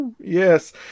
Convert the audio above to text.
Yes